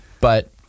But-